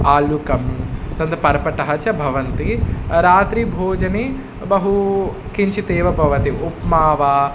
आलुकं तद् पर्पटः च भवन्ति रात्रिभोजने बहु किञ्चिदेव भवति उपमा वा